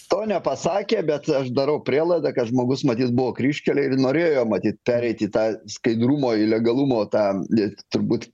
to nepasakė bet aš darau prielaidą kad žmogus matyt buvo kryžkelėj ir norėjo matyt pereit į tą skaidrumo į legalumo tą turbūt